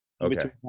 Okay